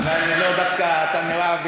דווקא אתה נראה.